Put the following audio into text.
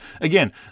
again